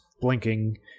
blinking